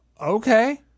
Okay